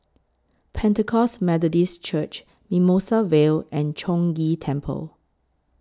Pentecost Methodist Church Mimosa Vale and Chong Ghee Temple